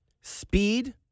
Speed